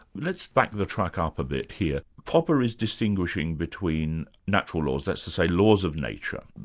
let's back the track ah up a bit here. popper is distinguishing between natural laws, that's to say laws of nature,